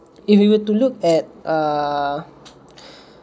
if you were to look at err